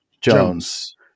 Jones